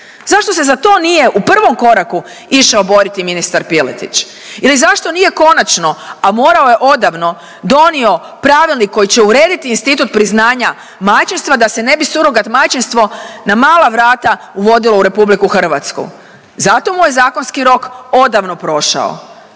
Zašto se za to nije u prvom koraku išao boriti ministar Piletić ili zašto nije konačno, a morao je odavno, donio Pravilnik koji će urediti institut priznanja majčinstva da se ne bi surogat majčinstvo na mala vrata uvodilo u RH? Za to mu je zakonski rok odavno prošao,